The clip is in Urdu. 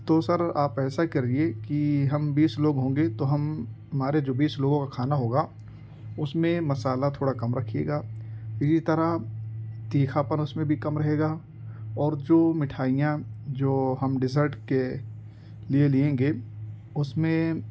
تو سر آپ ایسا کریے کہ ہم بیس لوگ ہوں گے تو ہم ہمارے جو بیس لوگوں کا کھانا ہوگا اس میں مسالہ تھوڑا کم رکھیے گا اسی طرح تیکھا پن اس میں بھی کم رہے گا اور جو مٹھائیاں جو ہم ڈزرٹ کے لیے لیں گے اس میں